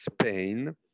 Spain